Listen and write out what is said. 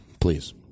please